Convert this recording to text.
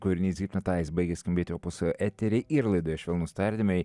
kūrinys hipnotaiz baigė skambėti opuso etery ir laidoje švelnūs tardymai